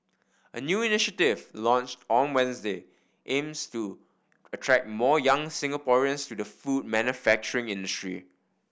a new initiative launched on Wednesday aims to attract more young Singaporeans to the food manufacturing industry